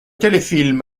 téléfilm